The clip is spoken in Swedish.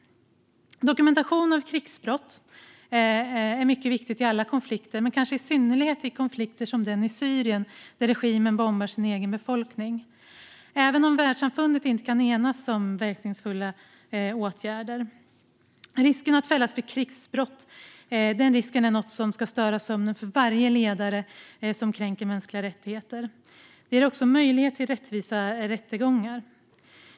Dokumentation av krigsbrott är mycket viktigt i alla konflikter men kanske i synnerhet i konflikter som den i Syrien, där regimen bombar sin egen befolkning. Även om världssamfundet inte kan enas om verkningsfulla åtgärder är risken att fällas för krigsbrott något som ska störa sömnen för varje ledare som kränker mänskliga rättigheter. Dokumentation ger också möjlighet till rättvisa rättegångar.